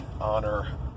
honor